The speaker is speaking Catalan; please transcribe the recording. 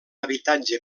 habitatge